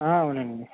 అవునండి